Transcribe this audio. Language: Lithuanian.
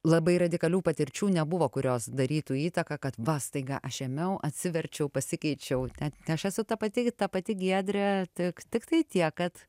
labai radikalių patirčių nebuvo kurios darytų įtaką kad va staiga aš ėmiau atsiverčiau pasikeičiau tai aš esu ta pati ta pati giedrė tik tiktai tiek kad